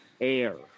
air